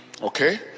okay